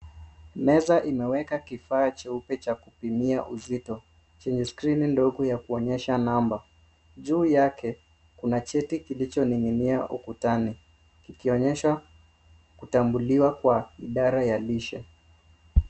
Meza imeweka kifaa cheupe cha kupimia uzito chenye skrini ndogo ya kuonyesha namba. Juu yake kuna cheti kilichoningwa ukutani, kikionyesha kutambuliwa kwa idara ya lishe.